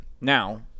now